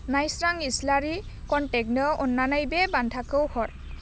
नायस्रां इस्लारिनो कनटेक्टनो अन्नानै बे बान्थाखौ हर